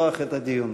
לפתוח את הדיון.